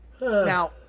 Now